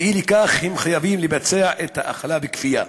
ואי-לכך הם חייבים לבצע את ההאכלה בכפייה.